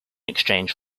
exchange